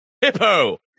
hippo